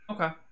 okay